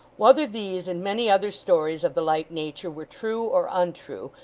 whether these, and many other stories of the like nature, were true or untrue,